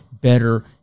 better